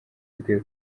dukwiye